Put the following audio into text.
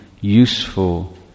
useful